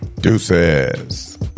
deuces